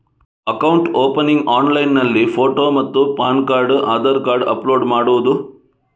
Account opening ಆನ್ಲೈನ್ನಲ್ಲಿ photo ಮತ್ತು PAN card Aadhaar card upload ಮಾಡುವುದು?